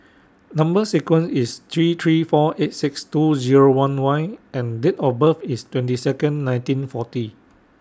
Number sequence IS three three four eight six two Zero one Y and Date of birth IS twenty Second February nineteen forty